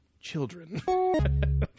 children